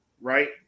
right